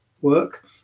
work